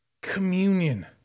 communion